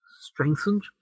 strengthened